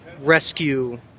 Rescue